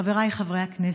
חבריי חברי הכנסת,